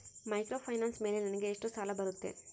Microfinance ಮೇಲೆ ನನಗೆ ಎಷ್ಟು ಸಾಲ ಬರುತ್ತೆ?